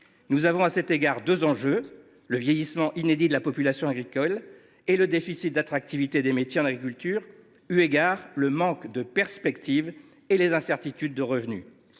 deux enjeux à cet égard : le vieillissement inédit de la population agricole et le déficit d’attractivité des métiers en agriculture, eu égard au manque de perspectives et aux incertitudes de revenus.